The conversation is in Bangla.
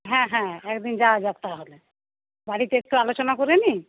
হ্যাঁ হ্যাঁ একদিন যাওয়া যাক তাহলে বাড়িতে একটু আলোচনা করে নিই